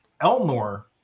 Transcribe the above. Elmore